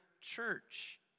church